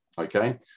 okay